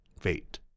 fate